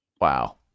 wow